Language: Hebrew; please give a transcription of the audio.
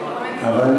לפרלמנטים בעולם,